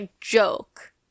joke